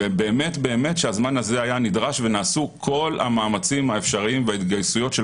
ובאמת-באמת שהזמן הזה היה נדרש ונעשו כל המאמצים האפשריים וההתגייסות של